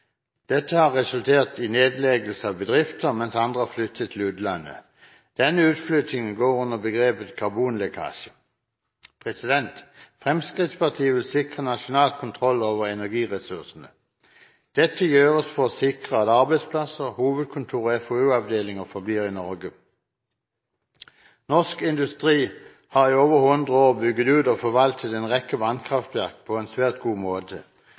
Dette har resultert i nedleggelse av bedrifter, mens andre har flyttet til utlandet. Denne utflyttingen går under begrepet «karbonlekkasje». Fremskrittspartiet vil sikre nasjonal kontroll over energiressursene. Dette gjøres for å sikre at arbeidsplasser, hovedkontor og FoU-avdelinger forblir i Norge. Norsk industri har i over 100 år bygget ut og forvaltet en rekke vannkraftverk på en svært god måte.